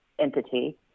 entity